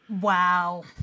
Wow